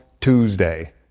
Tuesday